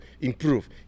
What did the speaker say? improve